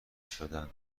شدن